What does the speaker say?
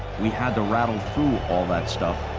we had to rattle through all that stuff,